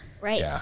Right